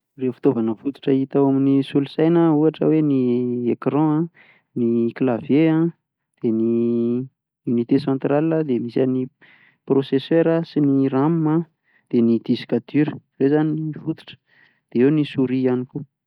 Ireo fitaovana fototra hita eo amin'ny solosaina an, ohatra hoe ny ecran, ny klavie an, dia ny unite centrale dia misy an'ny prosesera, sy ny ram a, ny diska dira, ireo izany no fototra, dia eo ny soria izany koa.